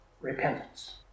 repentance